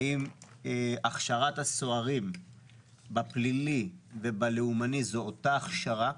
האם הכשרת הסוהרים בפלילי ובלאומני זו אותה הכשרה?